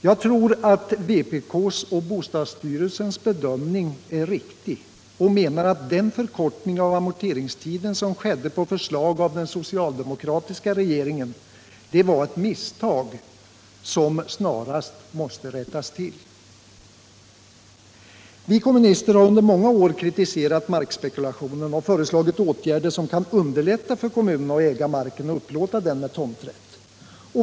Jag tror att vpk:s och bostadsstyrelsens bedömning är riktig och menar att den förkortning av amorteringstiden som skedde på förslag av den socialdemokratiska regeringen var ett misstag som snarast måste rättas till. Vi kommunister har under många år kritiserat markspekulationen och föreslagit åtgärder som kan underlätta för kommunerna att äga marken och upplåta den med tomträtt.